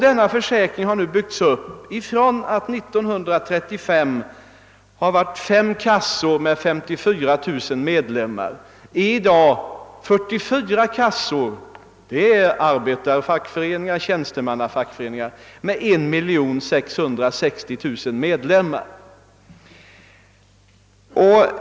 Denna försäkring, som år 1935 omfattade 5 kassor med 54 000 medlemmar, har i dag byggts ut så att den har 44 kassor inom arbetaroch tjänstemannafackföreningar med 1660 000 medlemmar.